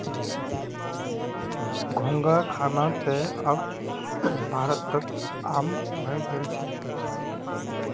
घोंघा खाना त अब भारतत आम हइ गेल छ